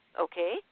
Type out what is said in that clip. Okay